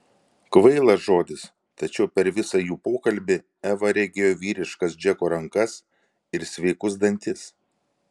kvailas žodis tačiau per visą jų pokalbį eva regėjo vyriškas džeko rankas ir sveikus dantis